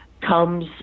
comes